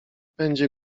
będzie